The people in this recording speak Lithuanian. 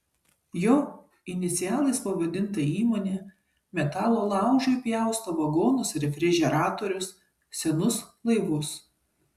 jo inicialais pavadinta įmonė metalo laužui pjausto vagonus refrižeratorius senus laivus